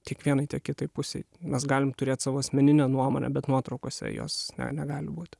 tiek vienai tiek kitai pusei mes galim turėt savo asmeninę nuomonę bet nuotraukose jos negali būti